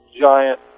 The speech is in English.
giant